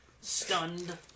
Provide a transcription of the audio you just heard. Stunned